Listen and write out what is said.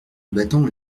battants